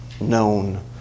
known